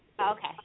Okay